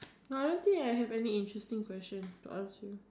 no I don't think I have any interesting question to ask you